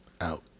out